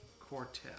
quartet